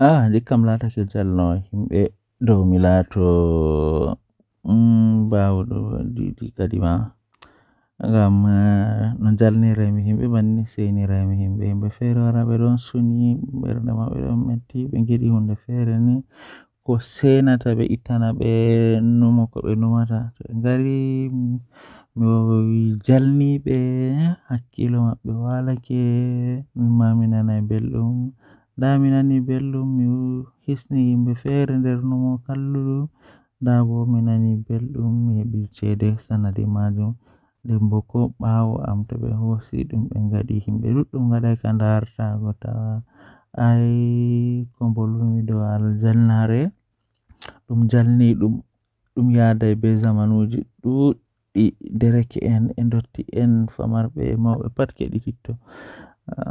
Koɓe tagi haa duniyaaru jei ɓuri E njaatigi maɓɓe e no waɗi ko jooɗaade ngoodaaɗi, kono ngoodi heen walla jogii cuɗii, hitaan tawii ndon waɗi ngooru ngam haɓɓude ngelnaange e nder yeeso. Si tawii ngoodi waɗaa roƴɓe kanko e waɗde waɗitugol goonga, ko maa ngoodi ɓuri jooni walla waɗtu jogiraa goonga. Konngol fawru e ɗo doole jooɗa ko si maƴii ngoodi goɗɗe nguurndal.